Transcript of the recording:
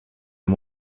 and